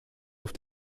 auf